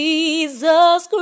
Jesus